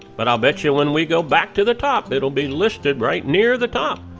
but i'll bet you when we go back to the top, it'll be listed right near the top.